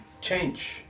change